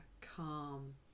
calm